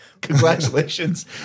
Congratulations